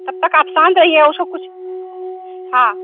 तब तक आप शांत रहिए उसको कुछ हाँ